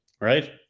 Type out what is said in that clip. right